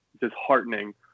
disheartening